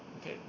Okay